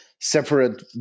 separate